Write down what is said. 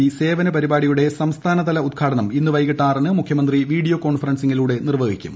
B സേവന പരിപാടിയുടെ സംസ്ഥാനതല ഉദ്ഘാടനം ഇന്ന് വൈകിട്ട് ആറിന് മുഖ്യമന്ത്രി വീഡിയോ കോൺഫറൻസിങ്ങിലൂടെ നിർവ്വഹിക്കും